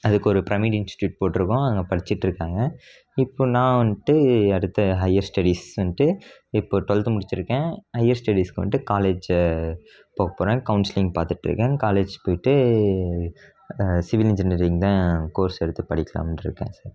அதுக்கு ஒரு pyramid institute போட்டிருக்கோம் அங்கே படிச்சுட்ருக்காங்க இப்போ நான் வந்துட்டு அடுத்த ஹையர் ஸ்டடிஸ் வந்துட்டு இப்போது டுவல்த் முடிச்சுருக்கேன் ஹையர் ஸ்டடீஸ்க்கு வந்துட்டு காலேஜ் போ போகிறேன் கவுன்சிலிங் பார்த்துட்ருக்கேன் காலேஜ் போய்ட்டு சிவில் இன்ஜினியரிங் தான் கோர்ஸ் எடுத்து படிக்கலாம்னு இருக்கேன்